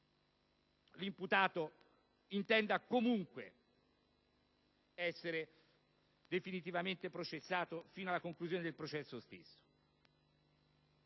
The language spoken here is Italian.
l'imputato intenda comunque essere definitivamente processato fino alla conclusione del processo stesso.